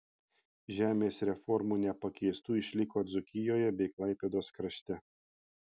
žemės reformų nepakeistų išliko dzūkijoje bei klaipėdos krašte